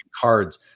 cards